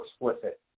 explicit